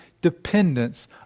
dependence